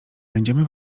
będziemy